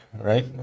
right